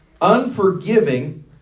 unforgiving